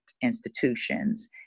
institutions